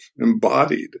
embodied